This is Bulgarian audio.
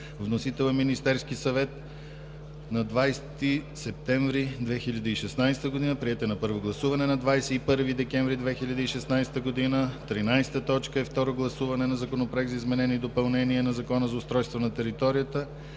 Вносител е Министерският съвет на 20 септември 2016 г. Приет е на първо гласуване на 21 декември 2016 г. 13. Второ гласуване на Законопроект за изменение и допълнение на Закона за устройство на територията.